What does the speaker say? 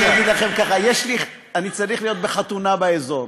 אגיד לכם ככה: אני צריך להיות בחתונה באזור.